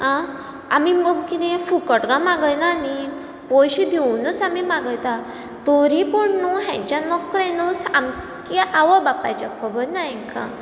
आ आमी कांय फुकट मागयना न्ही पयशे दिवनूच आमी मागयता तरी पूण न्हू हेंच्या नखरे न्हू सामकें आवय बापायचे खबर ना हांकां